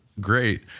great